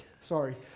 sorry